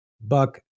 Buck